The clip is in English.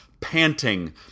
panting